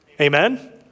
amen